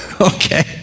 Okay